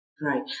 right